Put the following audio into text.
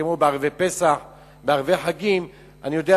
כמו שבערבי פסח ובערבי חגים אחרים אני יודע